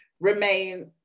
remain